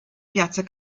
piazza